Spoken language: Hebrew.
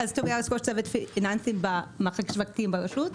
צוות פיננסים במערכת השווקים ברשות.